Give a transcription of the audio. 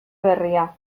berria